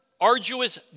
arduous